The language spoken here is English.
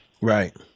Right